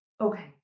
Okay